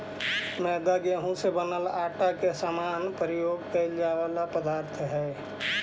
मैदा गेहूं से बनावल आटा के समान प्रयोग कैल जाए वाला पदार्थ हइ